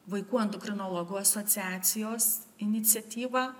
vaikų endokrinologų asociacijos iniciatyva